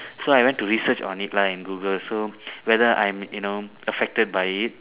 so I went to research on it lah in Google so whether I'm you know affected by it